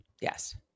Yes